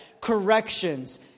corrections